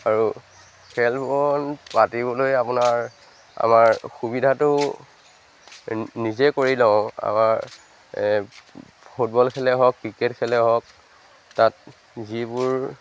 আৰু খেলবোৰ পাতিবলৈ আপোনাৰ আমাৰ সুবিধাটো নিজে কৰি লওঁ আমাৰ ফুটবল খেলেই হওক ক্ৰিকেট খেলেই হওক তাত যিবোৰ